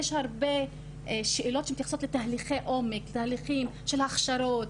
יש הרבה שאלות שמתייחסות לתהליכי עומק תהליכים של הכשרות,